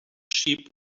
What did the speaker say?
sheep